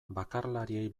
bakarlariei